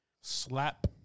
slap